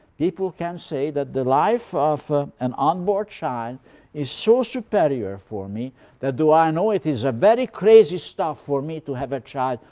people can say that the life of an unborn child is so superior for me that though i know it is a very crazy stuff for me to have a child,